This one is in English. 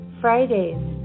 Fridays